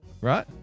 right